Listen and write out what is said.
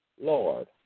Lord